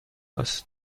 است